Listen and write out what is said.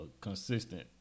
consistent